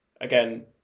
again